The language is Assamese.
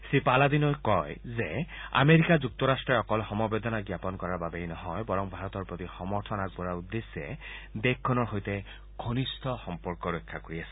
শ্ৰীপালাদিনোই কয় যে আমেৰিকা যুক্তৰাট্টই অকল সমবেদনা জ্ঞাপন কৰাৰ বাবেই নহয় বৰং ভাৰতৰ প্ৰতি সমৰ্থন আগবঢ়োৱাৰ উদ্দেশ্যে ঘনিষ্ট সম্পৰ্ক ৰক্ষা কৰি আছে